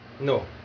no